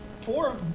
four